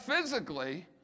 Physically